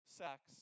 sex